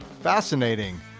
Fascinating